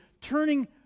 turning